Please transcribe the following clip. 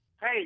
Hey